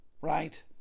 Right